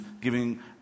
giving